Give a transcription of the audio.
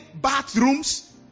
bathrooms